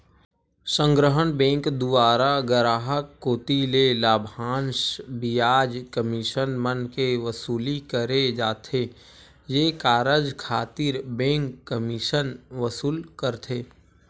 संग्रहन बेंक दुवारा गराहक कोती ले लाभांस, बियाज, कमीसन मन के वसूली करे जाथे ये कारज खातिर बेंक कमीसन वसूल करथे